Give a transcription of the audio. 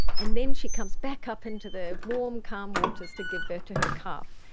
and then she comes back up into the warm calm waters to give birth to her calf.